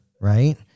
right